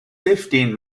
fifteen